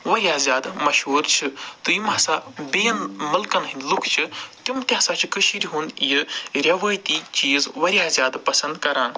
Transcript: وارِیاہ زیادٕ مشہوٗر چھِ تہٕ یِم ہَسا بیٚیَن مُلکن ہِنٛدۍ لُکھ چھِ تِم تہِ ہَسا چھِ کٔشیٖرِ ہُنٛد یہِ رٮ۪وٲتی چیٖز وارِیاہ زیادٕ پسنٛد کَران